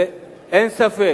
ואין ספק,